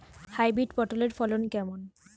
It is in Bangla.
হাইব্রিড পটলের ফলন কেমন?